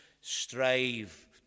strive